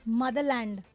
motherland